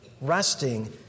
resting